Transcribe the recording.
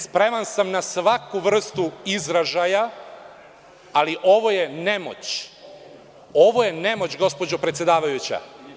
Spreman sam na svaku vrstu izražaja, ali ovo je nemoć, gospođo predsedavajuća.